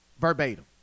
verbatim